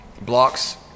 blocks